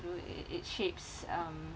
through it it shapes um